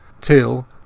till